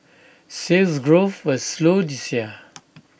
Sales Growth will slow this year